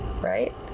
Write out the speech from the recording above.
right